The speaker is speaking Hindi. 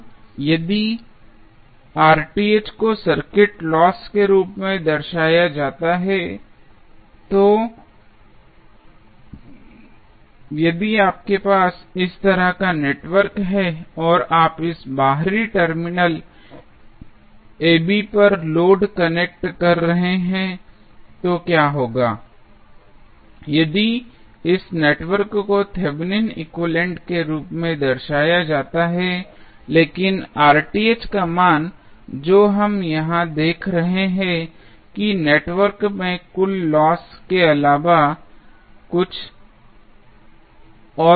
अब यदि को सर्किट लॉस के रूप में दर्शाया जाता है तो यदि आपके पास इस तरह का नेटवर्क है और आप इस बाहरी टर्मिनल ab पर लोड कनेक्ट कर रहे हैं तो क्या होगा यदि इस नेटवर्क को थेवेनिन एक्विवैलेन्ट Thevenins equivalent के रूप में दर्शाया जाता है लेकिन का मान जो हम यहां देख रहे हैं कि नेटवर्क में कुल लॉस के अलावा और कुछ नहीं है